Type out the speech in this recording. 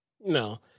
No